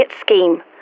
scheme